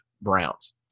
Browns